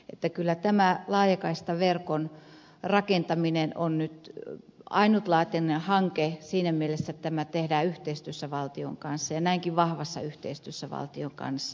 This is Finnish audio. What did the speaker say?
että kyllä tämä laajakaistaverkon rakentaminen on nyt ainutlaatuinen hanke siinä mielessä että tämä tehdään yhteistyössä valtion kanssa ja näinkin vahvassa yhteistyössä valtion kanssa